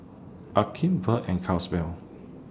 Akeem Verl and Caswell